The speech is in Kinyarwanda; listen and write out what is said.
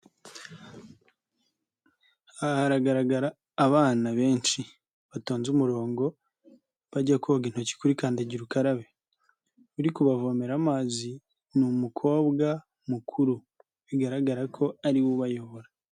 Aha haragaragara abana benshi batonze umurongo bajya koga intoki kuri kandagira ukarabe, uri kubavomera amazi ni umukobwa mukuru bigaragara ko ariwe ubayobora.